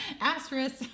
Asterisk